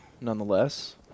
nonetheless